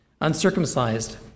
uncircumcised